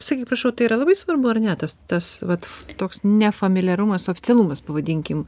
sakyk prašau tai yra labai svarbu ar ne tas tas vat toks nefamiliarumas oficialumas pavadinkim